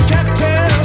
Captain